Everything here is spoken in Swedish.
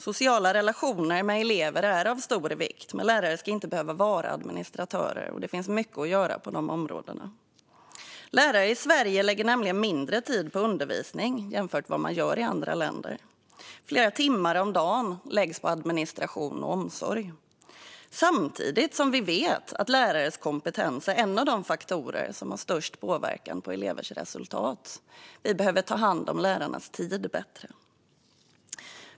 Sociala relationer med elever är av stor vikt, men lärare ska inte behöva vara administratörer. Det finns mycket att göra på dessa områden. Lärare i Sverige lägger nämligen mindre tid på undervisning än vad man gör i andra länder. Flera timmar om dagen läggs på administration och omsorg. Samtidigt vet vi att lärares kompetens är en av de faktorer som har störst påverkan på elevers resultat. Vi behöver ta hand om lärarnas tid bättre.